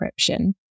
encryption